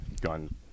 gun